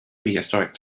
prehistoric